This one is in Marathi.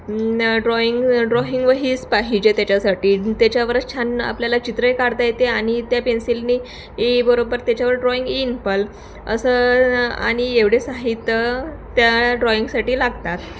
ड्रॉईंग ड्रॉहिंग वहीच पाहिजे त्याच्यासाठी त्याच्यावरच छान आपल्याला चित्रही काढता येते आणि त्या पेन्सिलने बरोबर त्याच्यावर ड्रॉईंग येईल पण असं आणि एवढे साहित्य त्या ड्रॉईंगसाठी लागतात